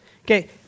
Okay